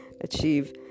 achieve